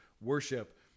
worship